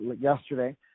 yesterday